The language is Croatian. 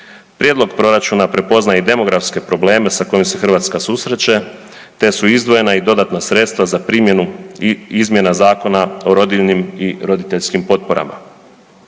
Prijedlog proračuna prepoznaje i demografske probleme sa kojim se Hrvatska susreće, te su izdvojena i dodatna sredstva za primjenu i izmjena Zakona o rodiljnim i roditeljskim potporama.